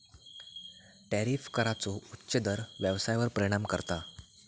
tariff कराचो उच्च दर व्यवसायावर परिणाम करता